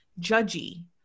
judgy